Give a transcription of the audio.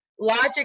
Logic